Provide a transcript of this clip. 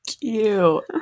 cute